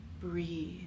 Breathe